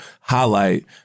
highlight